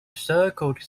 circled